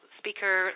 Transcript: speaker